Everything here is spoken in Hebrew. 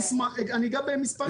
אני אגע במספרים.